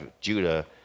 Judah